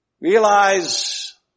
Realize